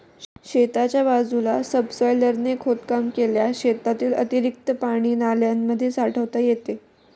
शेताच्या बाजूला सबसॉयलरने खोदकाम केल्यास शेतातील अतिरिक्त पाणी नाल्यांमध्ये साठवता येते